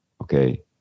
okay